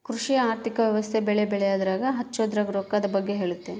ಕೃಷಿ ಆರ್ಥಿಕ ವ್ಯವಸ್ತೆ ಬೆಳೆ ಬೆಳೆಯದ್ರಾಗ ಹಚ್ಛೊದ್ರಾಗ ರೊಕ್ಕದ್ ಬಗ್ಗೆ ಹೇಳುತ್ತ